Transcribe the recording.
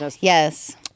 Yes